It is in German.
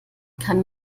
kann